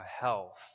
health